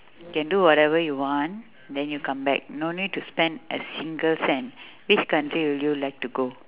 can do whatever you want then you come back no need to spend a single cent which country will you like to go